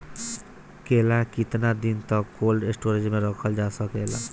केला केतना दिन तक कोल्ड स्टोरेज में रखल जा सकेला?